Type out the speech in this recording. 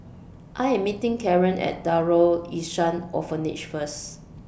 I Am meeting Karen At Darul Ihsan Orphanage First